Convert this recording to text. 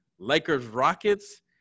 Lakers-Rockets